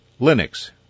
Linux